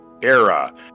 era